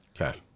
Okay